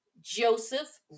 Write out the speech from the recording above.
Joseph